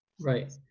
Right